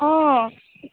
অঁ